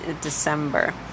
December